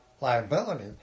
liability